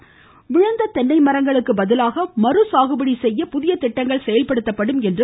மேலும் விழுந்த தென்னை மரங்களுக்கு பதிலாக மறுசாகுபடி செய்ய புதிய திட்டங்கள் செயல்படுத்தப்படும் என்றார்